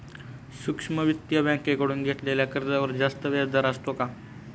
सूक्ष्म वित्तीय बँकेकडून घेतलेल्या कर्जावर जास्त व्याजदर असतो का?